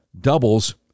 doubles